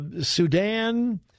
Sudan